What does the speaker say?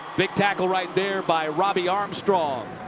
big tackle right there by robbie armstrong.